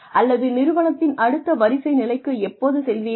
அல்லது நிறுவனத்தின் அடுத்த வரிசை நிலைக்கு எப்போது செல்வீர்கள்